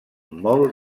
molt